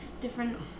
different